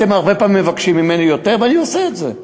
אתם הרבה פעמים מבקשים יותר, ואני עושה את זה.